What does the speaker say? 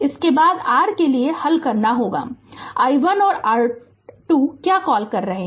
तो इसके बाद r के लिए हल करना होगा i1 और i2 क्या कॉल करें